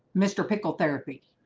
mr. pickle therapy.